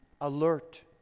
alert